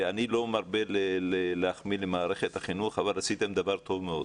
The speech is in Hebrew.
אני לא מרבה להחמיא למערכת החינוך אבל עשיתם דבר טוב מאוד.